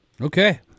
Okay